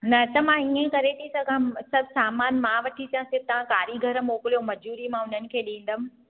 न त मां ईअई करे थी सघां सभु सामान मां वठी अचां के तव्हां कारिगर मोकिलियो मजूरी मां हुननि खे ॾींदमि